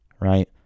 Right